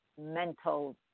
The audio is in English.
mental